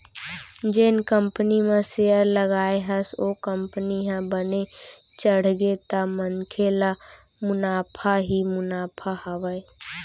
जेन कंपनी म सेयर लगाए हस ओ कंपनी ह बने चढ़गे त मनखे ल मुनाफा ही मुनाफा हावय